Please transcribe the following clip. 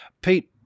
pete